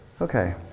Okay